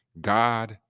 God